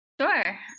Sure